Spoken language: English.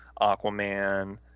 aquaman